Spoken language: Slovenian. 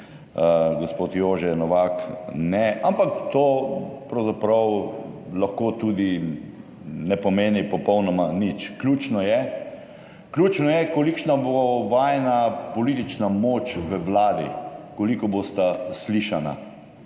gospod Jože Novak ne, ampak to pravzaprav lahko tudi ne pomeni popolnoma nič. Ključno je kolikšna bo vajina politična moč v vladi, koliko bosta slišana.